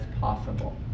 possible